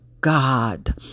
God